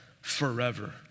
forever